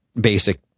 basic